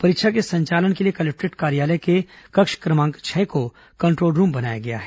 परीक्षा के संचालन के लिए कलेक्टोरेट कार्यालय के कक्ष क्रमांक छह को कंट्रोल रूम बनाया गया है